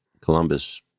Columbus